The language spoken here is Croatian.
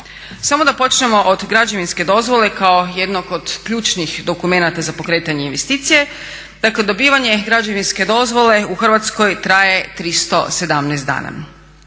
Samo da počnemo od građevinske dozvole kao jednog od ključnih dokumenata za pokretanje investicije. Dakle, dobivanje građevinske dozvole u Hrvatskoj traje 317 dana.